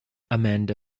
amanda